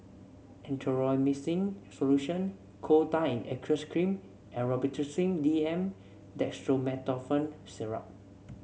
Erythroymycin Solution Coal Tar in Aqueous Cream and Robitussin DM Dextromethorphan Syrup